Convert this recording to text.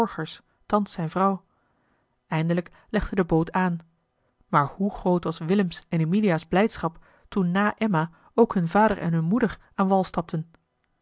thans zijne vrouw eindelijk legde de boot aan maar hoe groot was willems en emilia's blijdschap toen na emma ook hun vader en hunne moeder aan wal stapten